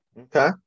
Okay